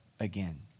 Again